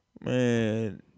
Man